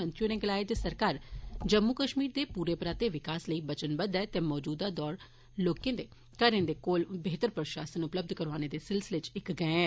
मंत्री होरें गलाया जे सरकार जम्मू कश्मीर दे पूरे पराते विकास लेई वचनबद्व ऐ ते मौजूदा दौरा लोकें दे घरें दे कोल बेहतर प्रशासन उपलब्ध करवाने दे सिलसिले च इक गैंड ऐ